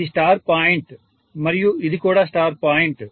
ఇది star point మరియు ఇది కూడా స్టార్ పాయింట్